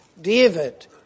David